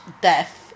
death